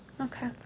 okay